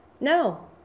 No